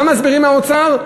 מה מסביר האוצר?